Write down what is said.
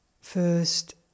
First